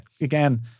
Again